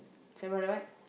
seven hundred what